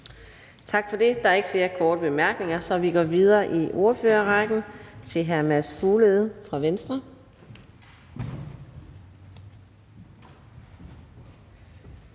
Tak for det. Der er ikke flere korte bemærkninger, så vi går videre i ordførerrækken til hr. Mads Fuglede fra Venstre.